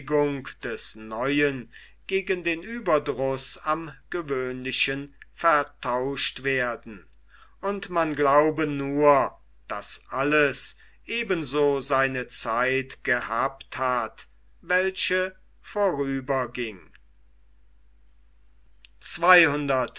des neuen gegen den ueberdruß am gewöhnlichen vertauscht werden und man glaube nur daß alles eben so seine zeit gehabt hat welche vorüberging